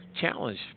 challenge